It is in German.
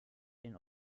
den